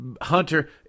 Hunter